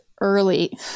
early